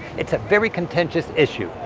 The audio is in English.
it's a very contentious issue,